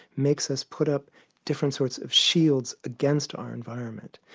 makes us put up different sorts of shields against our environment.